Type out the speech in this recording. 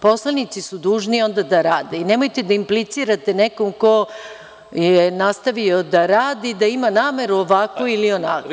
Poslanici su dužni onda da rade i nemojte da implicirate nekom ko je nastavio da radi, da ima nameru ovakvu ili onakvu.